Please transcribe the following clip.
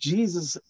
Jesus